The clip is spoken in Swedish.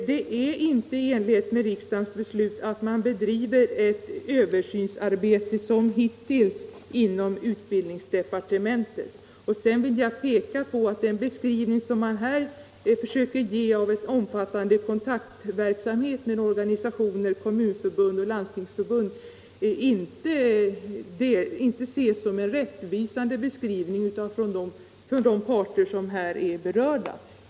Det är inte i enlighet med riksdagens beslut att man bedriver ett översynsarbete som hittills inom utbildningsdepartementet. Sedan vill jag peka på att den beskrivning som man här försöker ge av en omfattande kontakt med organisationer. med Kommunförbundet och med Landstingsförbundet, inte ses som en rättvisande beskrivning av de parter som här är berörda.